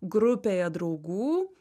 grupėje draugų